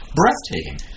breathtaking